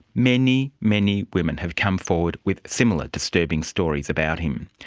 many, many women have come forward with similar disturbing stories about him.